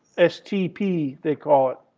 stp, they call i